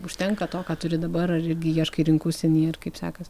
užtenka to ką turi dabar ar irgi ieškai rinkų užsienyje ir kaip sekasi